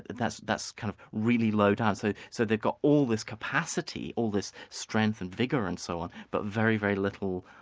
that's that's kind of really low-down, so so they've got all this capacity, all this strength and vigour and so on, but very, very little